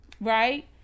right